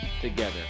together